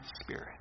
spirit